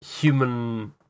human